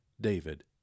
David